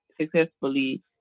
successfully